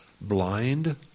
blind